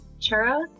Churros